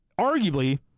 arguably